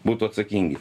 būtų atsakingi